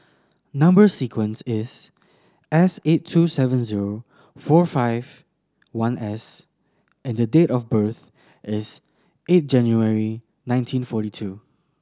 number sequence is S eight two seven zero four five one S and date of birth is eight January nineteen forty two